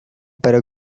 para